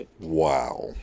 Wow